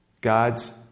God's